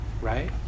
right